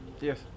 yes